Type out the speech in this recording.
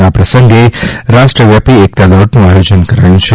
આ પ્રસંગે રાષ્ટ્રવ્યાપી એકતા દોડનું આયોજન કરાયું છે